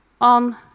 on